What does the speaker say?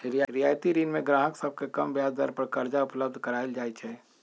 रियायती ऋण में गाहक सभके कम ब्याज दर पर करजा उपलब्ध कराएल जाइ छै